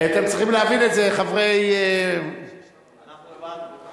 אתם צריכים להבין את זה חברי, אנחנו הבנו.